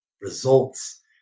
results